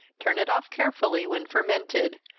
turn it off carefully, when fermented,